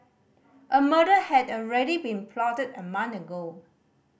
a murder had already been plotted a month ago